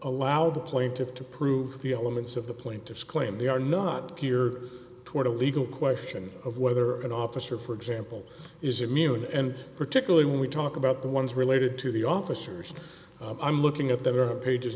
allow the plaintiff to prove the elements of the plaintiff's claim they are not geared toward a legal question of whether an officer for example is immune and particularly when we talk about the ones related to the officers i'm looking at that are pages